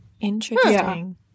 Interesting